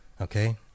Okay